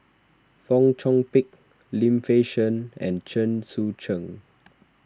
Fong Chong Pik Lim Fei Shen and Chen Sucheng